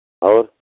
और